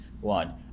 one